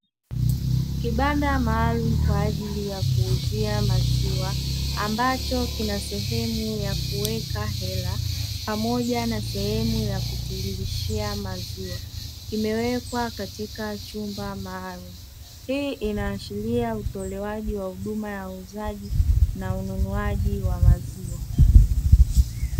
Kibanda maalumu kwa ajili ya kuuzia maziwa ambacho kina sehemu ya kuweka hela, pamoja na sehemu ya kutiririshia maziwa. Imewekwa katika chumba maalumu, hii inaashiria utolewaji wa huduma ya uuzaji na ununuaji wa maziwa.